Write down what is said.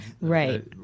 Right